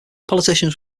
politicians